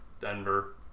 Denver